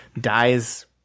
dies